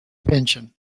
pension